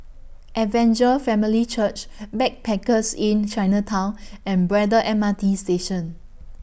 Evangel Family Church Backpackers Inn Chinatown and Braddell M R T Station